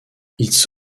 its